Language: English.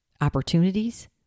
Opportunities